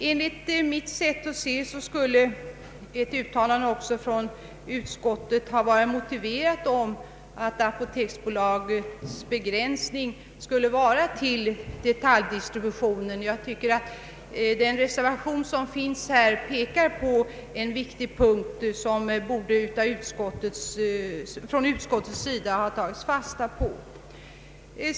Enligt mitt sätt att se skulle ett uttalande från utskottet om att apoteksbolagets verksamhet borde begränsas till detaljdistributionen ha varit motiverat. Jag anser att reservationen här pekar på en viktig punkt, som utskottet borde ha tagit fasta på.